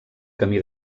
camí